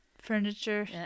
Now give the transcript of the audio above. furniture